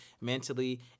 mentally